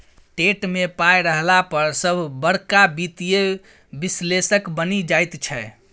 TET मे पाय रहला पर सभ बड़का वित्तीय विश्लेषक बनि जाइत छै